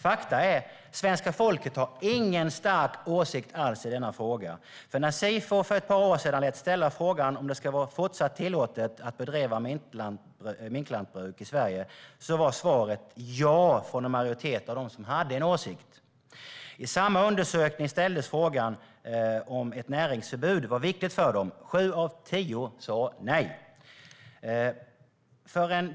Faktum är att svenska folket inte har någon stark åsikt alls i denna fråga. När Sifo för ett par år sedan lät ställa frågan om det ska vara fortsatt tillåtet att bedriva minklantbruk i Sverige var svaret ja från en majoritet av dem som hade en åsikt. I samma undersökning ställdes frågan om ett näringsförbud var viktigt för dem. Sju av tio svarade nej.